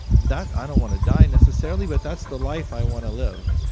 that i don't want to die necessarily but that's the life i want to live.